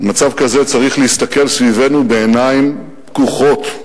במצב כזה צריך להסתכל סביבנו בעיניים פקוחות,